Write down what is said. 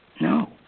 No